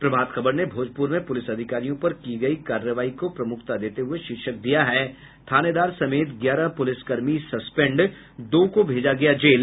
प्रभात खबर ने भोजपुर में पुलिस अधिकारियों पर की गयी कार्रवाई को प्रमुखता देते हुए शीर्षक दिया है थानेदार समेत ग्यारह पुलिसकर्मी सस्पेंड दो को भेजा गया जेल